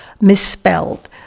misspelled